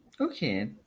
Okay